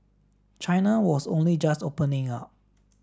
china was only just opening up